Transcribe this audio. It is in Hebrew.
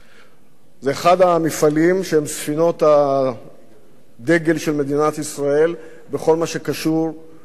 זה אחד מהמפעלים שהם ספינות הדגל של מדינת ישראל בכל מה שקשור ליצוא.